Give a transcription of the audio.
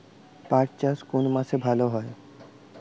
পাট চাষ কোন মাসে ভালো হয়?